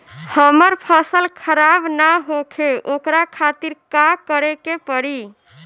हमर फसल खराब न होखे ओकरा खातिर का करे के परी?